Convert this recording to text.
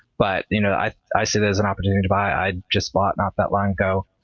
but you know i i see it as an opportunity to buy. i just bought not that long ago.